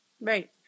right